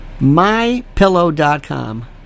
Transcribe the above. MyPillow.com